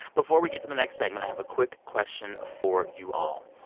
before we get to the next segment, i have a quick question for you all.